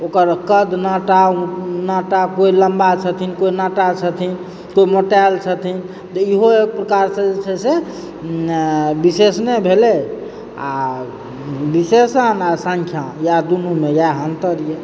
ओकर कद नाटा कोइ लम्बा छथिन कोइ नाटा छथिन कोइ मोटायल छथिन तऽ इहो एक प्रकार से जे छै से विशेषणे भेलै आ विशेषण आ सङ्ख्या इएह दुनूमे इएह अन्तरयऽ